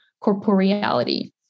corporeality